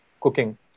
cooking